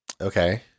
okay